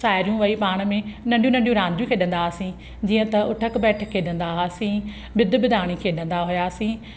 साहेड़ियूं वेई पाण में नंढियूं नंढियूं रांदियूं खेॾंदा हुआसीं जीअं त उठक बेठक खेॾंदा हुआसीं बिदु बिदाणी खेॾंदा हुआसीं